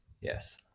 Yes